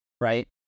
right